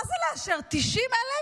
מה זה לאשר 90,000